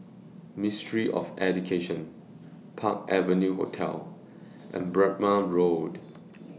Ministry of Education Park Avenue Hotel and Berrima Road